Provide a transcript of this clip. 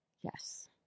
Yes